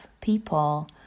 people